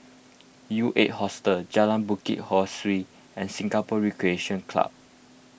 U eight Hostel Jalan Bukit Ho Swee and Singapore Recreation Club